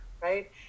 right